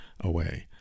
away